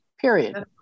period